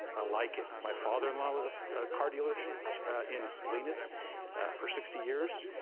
i like it. my father in law was a car dealer in salinas for sixty years.